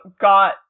got